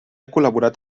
col·laborat